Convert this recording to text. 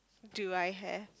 do I have